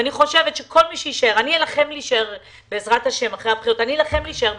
ואני חושבת שכל מי שיישאר אני אלחם להישאר,